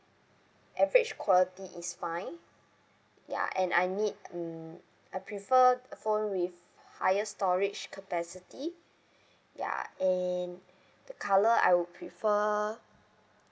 average quality is fine ya and I need mm I prefer phone with highest storage capacity ya and the colour I would prefer